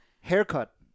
haircut